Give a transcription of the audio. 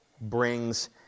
brings